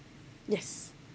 yes